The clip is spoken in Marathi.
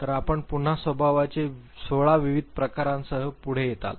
तर आपण पुन्हा स्वभावाचे 16 विविध प्रकारांसह पुढे आलात